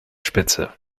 spitze